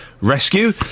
rescue